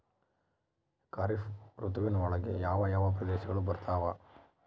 ಖಾರೇಫ್ ಋತುವಿನ ಒಳಗೆ ಯಾವ ಯಾವ ಪ್ರದೇಶಗಳು ಬರ್ತಾವ?